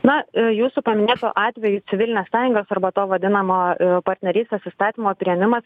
na jūsų paminėtu atveju civilinės sąjungos arba to vadinamo partnerystės įstatymo priėmimas